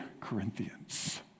Corinthians